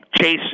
Chase